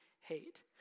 hate